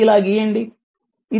ఇది ఇలా గీయబడింది